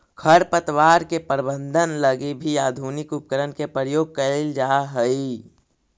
खरपतवार के प्रबंधन लगी भी आधुनिक उपकरण के प्रयोग कैल जा हइ